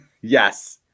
Yes